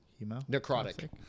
Necrotic